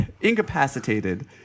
incapacitated